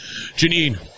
Janine